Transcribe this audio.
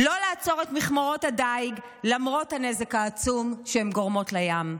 לא לעצור את מכמורות הדיג למרות הנזק העצום שהן גורמות לים,